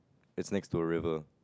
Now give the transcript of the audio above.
it's next to a river